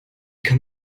kann